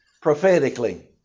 prophetically